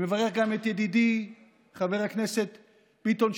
אני מברך גם את ידידי חבר הכנסת ביטון,